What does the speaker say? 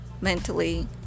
mentally